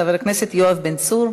חבר הכנסת יואב בן צור.